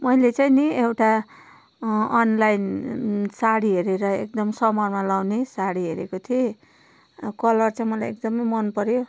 मैले चाहिँ नि एउटा अनलाइन साडी हेरेर एकदम समरमा लाउने साडी हेरेको थिएँ कलर चाहिँ मलाई एकदमै मन पऱ्यो